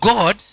God